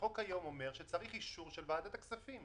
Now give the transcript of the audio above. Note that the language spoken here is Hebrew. החוק היום אומר שצריך אישור של ועדת הכספים.